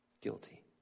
Guilty